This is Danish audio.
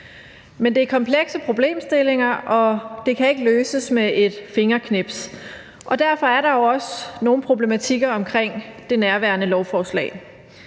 Men det er komplekse problemstillinger, og de kan ikke løses med et fingerknips, og derfor er der jo også nogle problematikker i nærværende lovforslag.